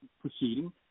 proceeding